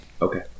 Okay